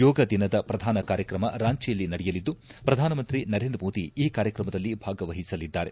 ಯೋಗ ದಿನದ ಪ್ರಧಾನ ಕಾರ್ಯಕ್ರಮ ರಾಂಚಿಯಲ್ಲಿ ನಡೆಯಲಿದ್ಲು ಪ್ರಧಾನಮಂತ್ರಿ ನರೇಂದ್ರ ಮೋದಿ ಈ ಕಾರ್ಯಕ್ರಮದಲ್ಲಿ ಭಾಗವಹಿಸಲಿದ್ದಾರೆ